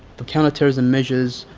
the counter-terrorism measures,